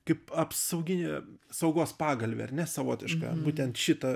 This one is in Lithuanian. kaip apsauginė saugos pagalvė ar ne savotiška būtent šita